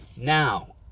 Now